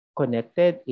connected